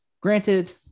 granted